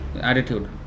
attitude